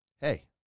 hey